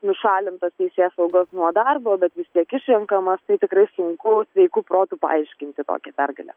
nušalintas teisėsaugos nuo darbo bet vis tiek išrenkamas tai tikrai sunku sveiku protu paaiškinti tokią pergalę